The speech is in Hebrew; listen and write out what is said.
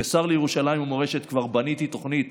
כשר לירושלים ומורשת כבר בניתי תוכנית